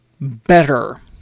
better